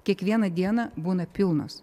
kiekvieną dieną būna pilnos